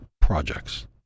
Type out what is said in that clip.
projects